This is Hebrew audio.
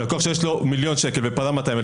לקוח שיש לו מיליון שקל ופרע 200,000,